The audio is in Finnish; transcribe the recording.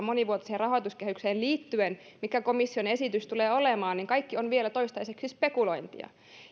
monivuotiseen rahoituskehykseen liittyen mikä komission esitys tulee olemaan niin että kaikki on toistaiseksi vielä spekulointia